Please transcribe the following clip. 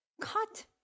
cut